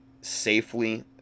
safely